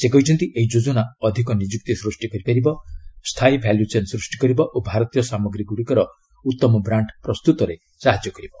ସେ କହିଛନ୍ତି ଏହି ଯୋଜନା ଅଧିକ ନିଯୁକ୍ତି ସୃଷ୍ଟି କରିପାରିବ ସ୍ଥାୟୀ ଭାଲ୍ୟୁଚେନ୍ ସୃଷ୍ଟି କରିବ ଓ ଭାରତୀୟ ସାମଗ୍ରୀ ଗୁଡ଼ିକର ଉତ୍ତମ ବ୍ରାଣ୍ଣ ପ୍ରସ୍ତୁତରେ ସାହାଯ୍ୟ କରିବ